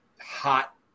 hot